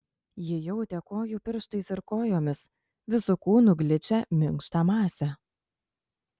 ji jautė kojų pirštais ir kojomis visu kūnu gličią minkštą masę